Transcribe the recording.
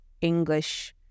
English